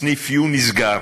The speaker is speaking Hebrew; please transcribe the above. סניף You נסגר.